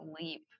leap